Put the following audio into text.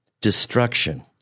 destruction